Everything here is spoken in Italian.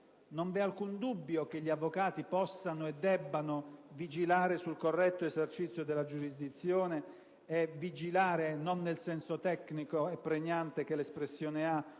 non vi è alcun dubbio che gli avvocati possano e debbano vigilare sul corretto esercizio della giurisdizione, e non nel senso tecnico e pregnante che l'espressione ha